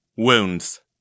Wounds